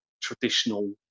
traditional